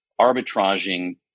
arbitraging